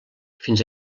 fins